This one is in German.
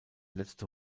letzte